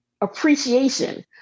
appreciation